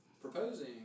proposing